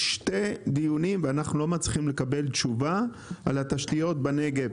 שני דיונים ואנחנו לא מצליחים לקבל תשובה על התשתיות בנגב,